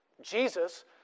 Jesus